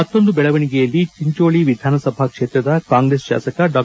ಮತ್ತೊಂದು ಬೆಳವಣಿಗೆಯಲ್ಲಿ ಚಿಂಚೋಳಿ ವಿಧಾನಸಭಾ ಕ್ಷೇತ್ರದ ಕಾಂಗ್ರೆಸ್ ಶಾಸಕ ಡಾ